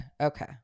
Okay